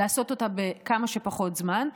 לעשות אותה בכמה שפחות זמן,